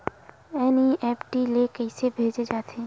NEFT ले कइसे भेजे जाथे?